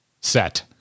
set